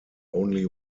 only